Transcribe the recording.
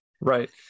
Right